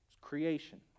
Creation